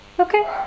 Okay